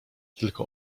tylko